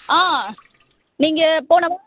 ஆ நீங்கள் போன வாரம்